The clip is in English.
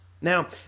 Now